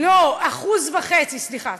1.5%. לא, 1.5%, סליחה.